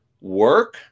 work